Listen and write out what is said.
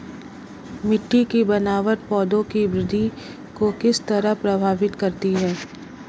मिटटी की बनावट पौधों की वृद्धि को किस तरह प्रभावित करती है?